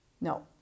No